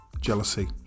jealousy